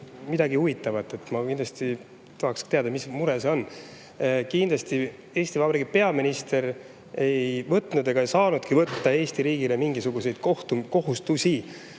midagi huvitavat. Ma kindlasti tahaks ka teada, mis mure see on. Kindlasti Eesti Vabariigi peaminister ei võtnud ega saanudki võtta seal Eesti riigile mingisuguseid kohustusi.